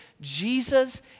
Jesus